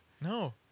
No